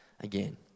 again